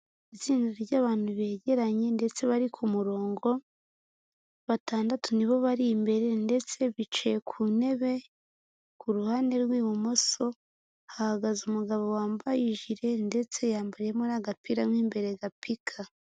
Itsinda ry'abantu begeranye ndetse bari ku murongo, batandatu nibo bari imbere, ndetse bicaye ku ntebe ku ruhande, rw'ibumoso hahagaze umugabo wambaye ijire, ndetse yambayemo n'agapira mo imbere gapika.